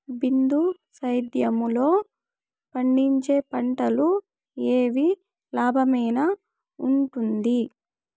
బిందు సేద్యము లో పండించే పంటలు ఏవి లాభమేనా వుంటుంది?